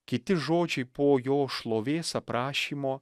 kiti žodžiai po jo šlovės aprašymo